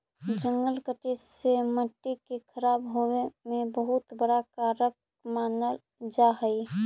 जंगल कटे से मट्टी के खराब होवे में बहुत बड़ा कारक मानल जा हइ